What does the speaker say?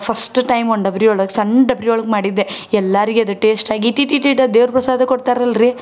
first time ಒಂದು ಡಬ್ರಿ ಒಳಗೆ ಸಣ್ಣ ಡಬ್ರಿ ಒಳಗೆ ಮಾಡಿದ್ದೆ ಎಲ್ಲರಿಗೆ ಅದು ಟೇಶ್ಟಾಗಿ ಇಟೀಟ್ ಇಟೀಟ ದೇವ್ರ ಪ್ರಸಾದ ಕೊಡ್ತಾರಲ್ಲ ರೀ